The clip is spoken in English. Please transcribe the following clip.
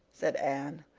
said anne,